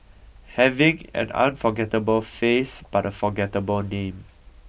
having an unforgettable face but a forgettable name